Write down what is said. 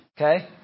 Okay